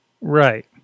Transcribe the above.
Right